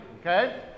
okay